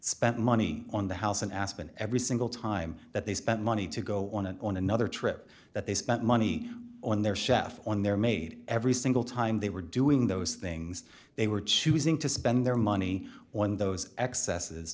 spent money on the house in aspen every single time that they spent money to go on an on another trip that they spent money on their chef on their made every single time they were doing those things they were choosing to spend their money on those excesses